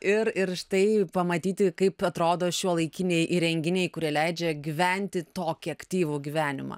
ir ir štai pamatyti kaip atrodo šiuolaikiniai įrenginiai kurie leidžia gyventi tokį aktyvų gyvenimą